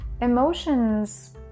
emotions